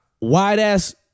wide-ass